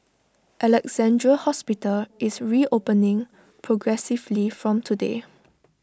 Alexandra hospital is reopening progressively from today